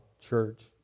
church